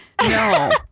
no